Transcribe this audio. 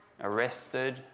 arrested